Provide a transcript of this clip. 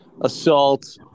Assault